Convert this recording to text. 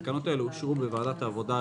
התקנות האלה אושרו בוועדת העבודה,